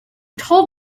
told